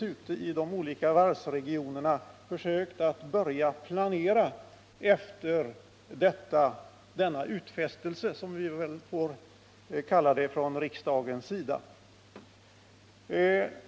Ute i de olika varvsregionerna har man naturligtvis försökt börja planera efter denna utfästelse, som vi väl får kalla det, från riksdagens sida.